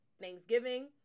Thanksgiving